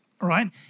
right